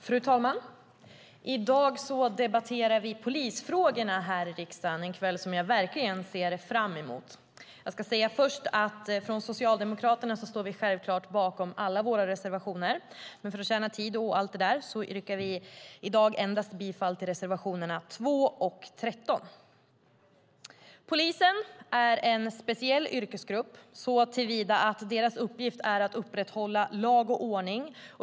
Fru talman! I kväll debatterar vi polisfrågorna här i riksdagen, något jag verkligen ser fram emot. Jag ska först säga att vi från Socialdemokraterna självklart står bakom alla våra reservationer, men för att tjäna tid och allt det där yrkar vi endast bifall till reservationerna 2 och 13. Polisen är en speciell yrkesgrupp såtillvida att dess uppgift är att upprätthålla lag och ordning.